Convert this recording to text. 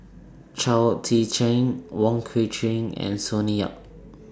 Chao Tzee Cheng Wong Kwei Cheong and Sonny Yap